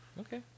Okay